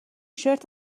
شرت